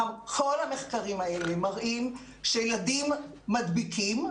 כל המחקרים האלה מראים שילדים מדביקים,